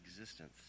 Existence